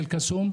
באל-קסום,